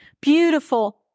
beautiful